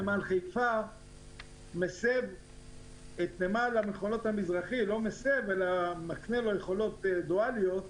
נמל חיפה מקנה לנמל המכולות המזרחי יכולות דואליות,